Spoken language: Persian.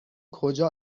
کجا